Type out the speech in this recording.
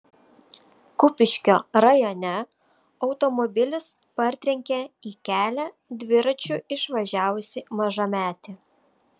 kupiškio rajone automobilis partrenkė į kelią dviračiu išvažiavusį mažametį